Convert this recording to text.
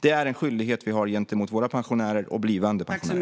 Detta är en skyldighet vi har gentemot våra pensionärer och blivande pensionärer.